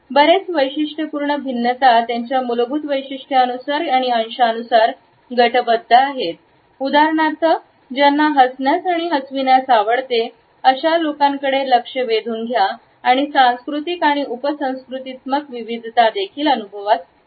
बरेच वैशिष्ट्यपूर्ण भिन्नता त्यांच्या मूलभूत वैशिष्ट्यांनुसार आणि अंशानुसार गटबद्ध आहेत उदाहरणार्थ ज्यांना हसण्यास आणि हसण्यास आवडते अशा लोकांकडे लक्ष वेधून घ्या आणि सांस्कृतिक आणि उपसंस्कृतीत्मक विविधता देखील अनुभवास मिळेल